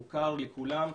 זה מוכר לכולם.